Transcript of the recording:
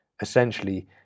Essentially